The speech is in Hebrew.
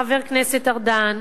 חבר הכנסת ארדן,